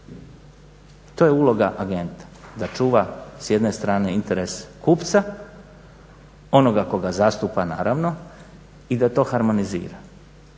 To je uloga agenta da čuva s jedne strane interes kupca, onoga koga zastupa naravno i da to harmonizira.